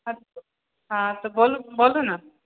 हाँ तऽ बोलू बोलू ने